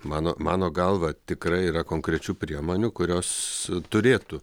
mano mano galva tikrai yra konkrečių priemonių kurios turėtų